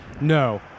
No